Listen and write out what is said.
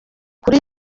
kuri